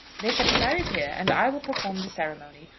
they shall be married here, and i will perform the ceremony.